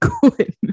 good